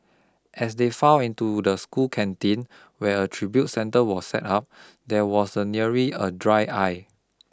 as they filed into the school canteen where a tribute centre was set up there was a nary a dry eye